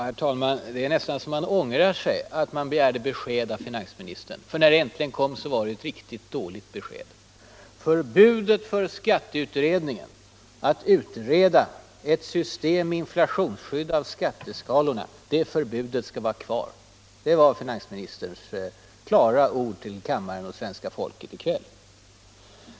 Herr talman! Det är nästan så att jag ångrar att jag begärde besked av finansministern. För när det äntligen kom var det ett riktigt dåligt besked. Förbudet för skatteutredningen att utreda ett system med inflationsskydd av skatteskalorna skall vara kvar. Det var finansministerns klara ord till kammaren och svenska folket i kväll.